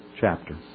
chapter